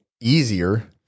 easier